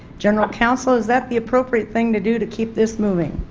general counsel is that the appropriate thing to do to keep this moving?